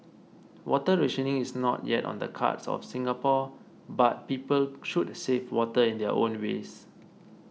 water rationing is not yet on the cards for Singapore but people should save water in their own ways